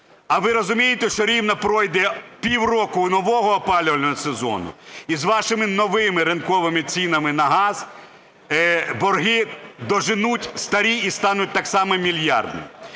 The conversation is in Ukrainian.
а ви розумієте, що рівно пройде півроку нового опалювального сезону - і з вашими новими ринковими цінами на газ борги доженуть старі і стануть так само мільярдні?